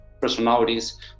personalities